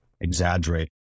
exaggerate